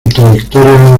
trayectoria